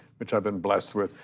which i've been blessed with,